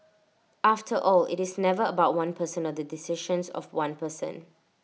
after all IT is never about one person or the decisions of one person